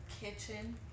kitchen